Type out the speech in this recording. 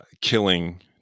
killing